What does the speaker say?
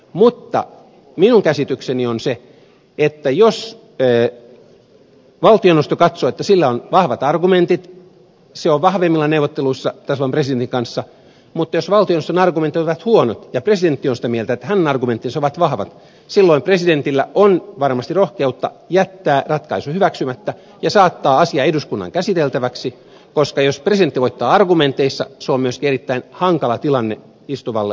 mutta minun käsitykseni on se että jos valtioneuvosto katsoo että sillä on vahvat argumentit se on vahvemmilla neuvotteluissa tasavallan presidentin kanssa mutta jos valtioneuvoston argumentit ovat huonot ja presidentti on sitä mieltä että hänen argumenttinsa ovat vahvat silloin presidentillä on varmasti rohkeutta jättää ratkaisu hyväksymättä ja saattaa asia eduskunnan käsiteltäväksi koska jos presidentti voittaa argumenteissa se on myöskin erittäin hankala tilanne istuvalle valtioneuvostolle